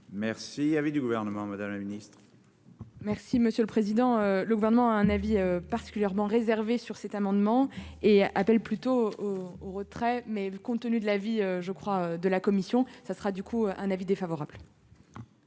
Merci, il y avait du gouvernement, Madame la Ministre. Merci monsieur le président, le gouvernement a un avis particulièrement réservé sur cet amendement et à-t-elle plutôt au retrait, mais compte tenu de la vie, je crois, de la commission, ça sera du coup un avis défavorable.